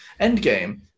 Endgame